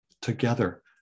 together